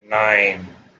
nine